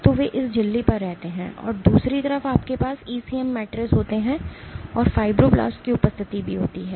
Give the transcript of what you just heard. तो वे इस झिल्ली पर रहते हैं और दूसरी तरफ आपके पास ईसीएम मैट्रीस होते हैं और फाइब्रोब्लास्ट की उपस्थिति भी होती है